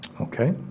Okay